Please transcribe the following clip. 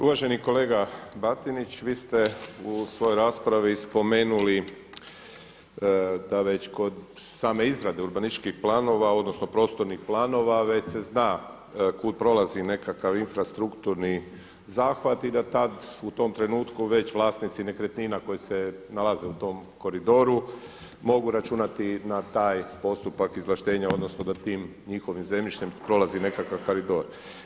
Uvaženi kolega Batinić vi ste u svojoj raspravi spomenuli, da već kod same izrade urbanističkih planova, odnosno prostornih planova već se zna kud prolazi nekakav infrastrukturni zahvat i da tad u tom trenutku već vlasnici nekretnina koji se nalaze u tom koridoru mogu računati na taj postupak izvlaštenja, odnosno da tim njihovim zemljištem prolazi nekakav koridor.